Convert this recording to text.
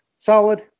solid